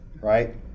right